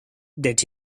that